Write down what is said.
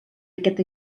aquest